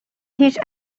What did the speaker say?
هیچ